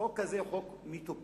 החוק הזה הוא חוק מטופש.